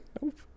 Nope